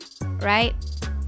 Right